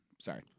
sorry